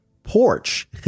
porch